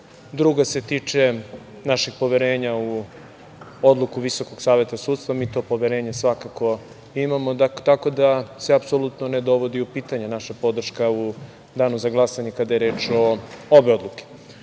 druga se tiče našeg poverenja u odluku VSS, i mi to poverenje svakako imamo, tako da se apsolutno ne dovodi u pitanje naša podrška u danu za glasanje, kada je reč o obe odluke. Ono